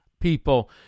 people